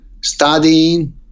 studying